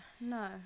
no